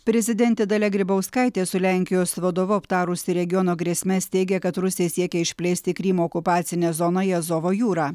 prezidentė dalia grybauskaitė su lenkijos vadovu aptarusi regiono grėsmes teigia kad rusija siekia išplėsti krymo okupacinę zoną į azovo jūrą